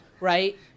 right